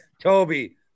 Toby